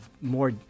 more